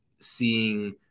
seeing